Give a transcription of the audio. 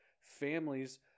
families